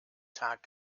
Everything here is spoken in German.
tag